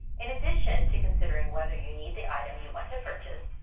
in addition to considering whether you need the item you want to purchase,